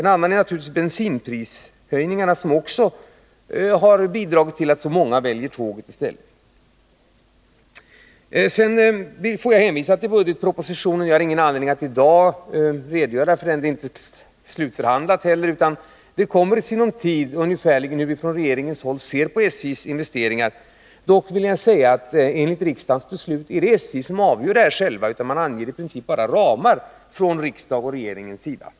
En annan är naturligtvis bensinprishöjningarna, som också bidragit till att så många väljer tåget. Jag får sedan hänvisa till budgetpropositionen. Jag har ingen anledning att idag redogöra för den, och det är inte heller slutförhandlat. Men det kommer i sinom tid uppgift om hur vi från regeringen ungefärligen ser på SJ:s investeringar. Dock vill jag säga att enligt riksdagens beslut är det SJ som avgör. Man anger i princip bara ramar från riksdagens och regeringens sida.